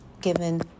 given